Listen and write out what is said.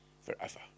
forever